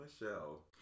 Michelle